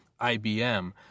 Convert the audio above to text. IBM